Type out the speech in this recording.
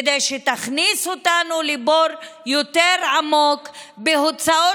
כדי שתכניס אותנו לבור יותר עמוק בהוצאות